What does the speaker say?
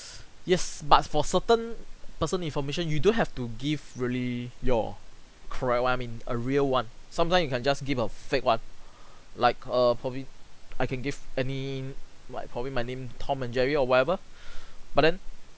yes but for certain personal information you don't have to give really your correct one I mean a real one sometimes you can just give a fake one like err probably I can give any my probably my name tom and jerry or whatever but then